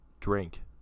drink